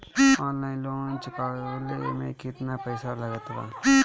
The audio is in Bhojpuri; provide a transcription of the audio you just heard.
ऑनलाइन लोन चुकवले मे केतना पईसा लागत बा?